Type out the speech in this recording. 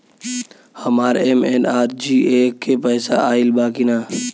हमार एम.एन.आर.ई.जी.ए के पैसा आइल बा कि ना?